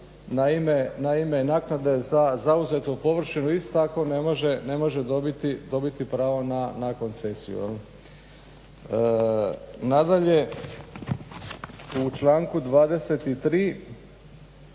na ime naknade za zauzetu površinu isto tako ne može dobiti pravo na koncesiju. Nadalje, u članku 23.